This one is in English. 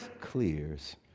clears